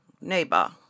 neighbor